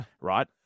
Right